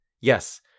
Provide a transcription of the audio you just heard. Yes